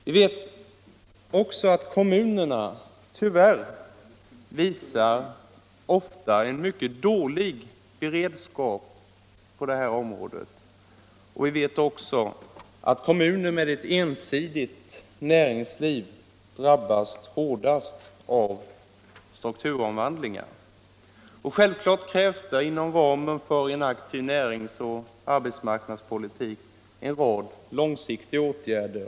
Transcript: Vi vet också att kommunerna tyvärr ofta visar en mycket dålig beredskap på detta område och att kommuner med ett ensidigt näringsliv drabbas hårdast av strukturomvandlingen. Självklart krävs inom ramen för en aktiv näringsoch arbetsmarknadspolitik en rad långsiktiga åtgärder.